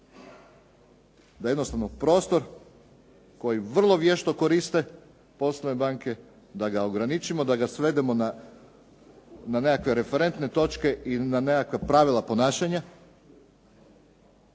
da jednostavno prostor koji vrlo vješto koriste poslovne banke da ga ograničimo, da ga svedemo na nekakve referentne točke i na nekakva pravila ponašanja.